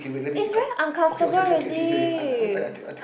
it's very uncomfortable really